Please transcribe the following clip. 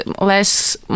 less